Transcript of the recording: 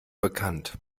bekannt